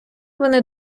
вони